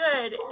good